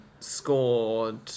scored